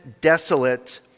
desolate